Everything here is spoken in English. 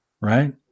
right